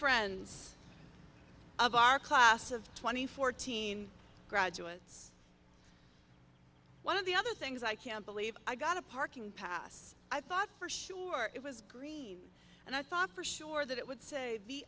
friends of our class of twenty fourteen graduates one of the other things i can't believe i got a parking pass i thought for sure it was green and i thought for sure that it would say